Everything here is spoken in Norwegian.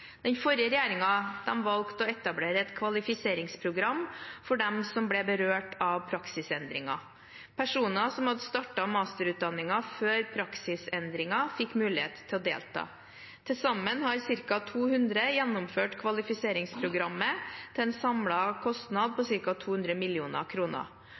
Den forrige regjeringen valgte å etablere et kvalifiseringsprogram for dem som ble berørt av praksisendringen. Personer som hadde startet masterutdanningen før praksisendringen, fikk mulighet til å delta. Til sammen har ca. 200 gjennomført kvalifiseringsprogrammet, til en samlet kostnad